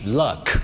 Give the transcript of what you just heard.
luck